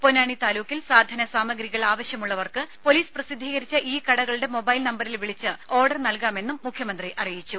പൊന്നാനി താലൂക്കിൽ സാധന സാമഗ്രികൾ ആവശ്യമുള്ളവർക്ക് പൊലീസ് പ്രസിദ്ധീകരിച്ച ഈ കടകളുടെ മൊബൈൽ നമ്പറിൽ വിളിച്ച് ഓർഡർ നൽകാമെന്നും മുഖ്യമന്ത്രി അറിയിച്ചു